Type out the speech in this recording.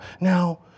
Now